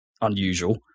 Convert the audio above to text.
unusual